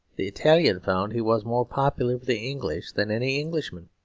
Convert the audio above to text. the italian found he was more popular with the english than any englishman.